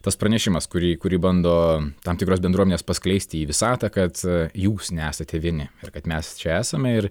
tas pranešimas kurį kurį bando tam tikros bendruomenės paskleisti į visatą kad jūs nesate vieni ir kad mes čia esame ir